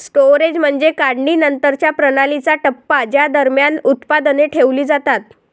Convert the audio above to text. storage म्हणजे काढणीनंतरच्या प्रणालीचा टप्पा ज्या दरम्यान उत्पादने ठेवली जातात